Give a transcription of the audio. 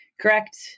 Correct